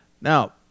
Now